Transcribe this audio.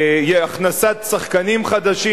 הכנסת שחקנים חדשים,